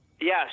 Yes